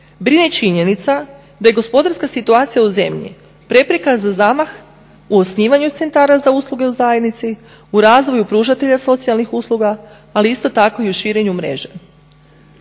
brine činjenica da je gospodarska situacija u zemlji prepreka za zamah u osnivanju centara za usluge u zajednici u razvoju pružatelja socijalnih usluga ali isto tak i u širenju mreže.